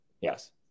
yes